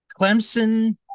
Clemson